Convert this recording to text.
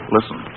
Listen